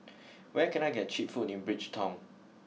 where can I get cheap food in Bridgetown